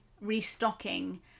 restocking